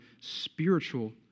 spiritual